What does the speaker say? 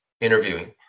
interviewing